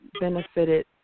benefited